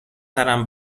سرم